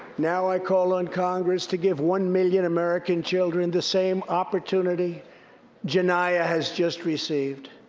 now i call on congress to give one million american children the same opportunity janiyah has just received.